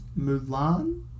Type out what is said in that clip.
Mulan